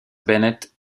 bennett